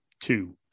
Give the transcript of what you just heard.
Two